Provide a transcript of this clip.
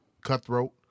cutthroat